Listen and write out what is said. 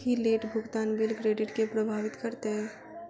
की late भुगतान bill credit केँ प्रभावित करतै?